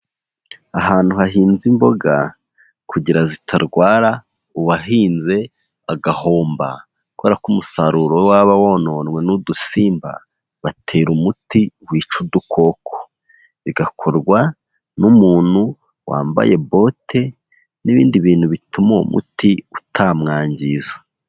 Ahantu hahinze imboga, kugira zitarwara uwahinze agahomba gukora k'umusaruro waba wononwe n'udusimba, batera umuti wica udukoko, bigakorwa n'umuntu wambaye bote n'ibindi bintu bituma uwo muti utamwangiza.